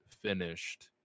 finished